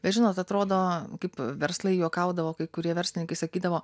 bet žinot atrodo kaip verslai juokaudavo kai kurie verslininkai sakydavo